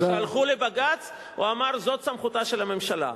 שלחו לבג"ץ, והוא אמר שזאת סמכותה של הממשלה.